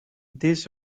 this